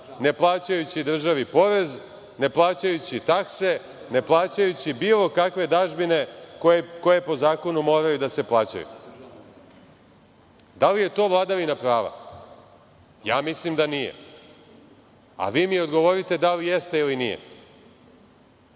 ne plaćajući državi porez, ne plaćajući takse, ne plaćajući bilo kakve dažbine koje po zakonu moraju da se plaćaju? Da li je to vladavina prava? Ja mislim da nije, a vi mi odgovorite da li jeste ili